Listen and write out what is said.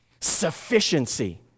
Sufficiency